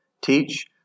teach